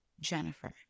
Jennifer